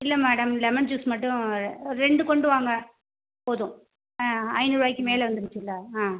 இல்லை madam lemon juice மட்டும் ரெண்டு கொண்டு வாங்க போதும் ஐந்நூறுரூவாய்க்கு மேலே வந்துடுச்சுல்ல ஆ